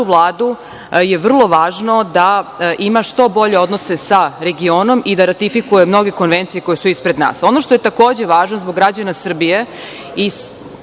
Vladu je vrlo važno da ima što bolje odnose sa regionom i da ratifikuje mnoge konvencije koje su ispred nas. Ono što je takođe važno, zbog građana Srbije